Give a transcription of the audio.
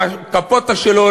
עם הקפוטה שלו,